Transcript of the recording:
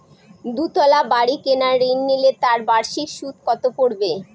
দুতলা বাড়ী কেনার ঋণ নিলে তার বার্ষিক সুদ কত পড়বে?